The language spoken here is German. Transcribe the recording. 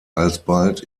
alsbald